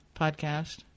podcast